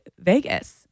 Vegas